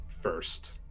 first